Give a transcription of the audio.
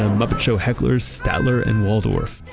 ah muppet show hecklers statler and waldorf.